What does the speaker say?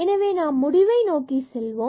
எனவே நாம் முடிவை நோக்கி செல்வோம்